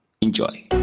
Enjoy